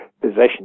possession